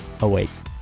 awaits